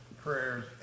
prayers